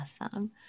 awesome